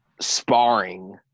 sparring